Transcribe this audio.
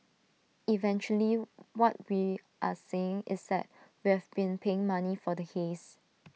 eventually what we are saying is that we have been paying money for the haze